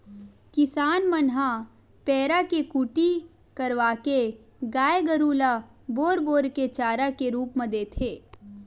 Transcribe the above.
किसान मन ह पेरा के कुटी करवाके गाय गरु ल बोर बोर के चारा के रुप म देथे